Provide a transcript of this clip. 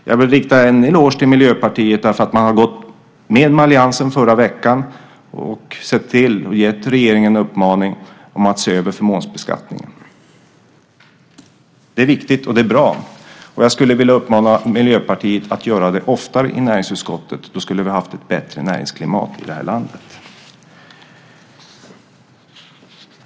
Jag vill rikta en eloge till Miljöpartiet därför att man gått med alliansen, i förra veckan, om att ge regeringen uppmaningen att se över förmånsbeskattningen. Det är viktigt, och det är bra. Jag skulle vilja uppmana Miljöpartiet att göra det oftare i näringsutskottet. Då skulle vi ha ett bättre näringsklimat i det här landet.